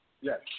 Yes